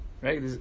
right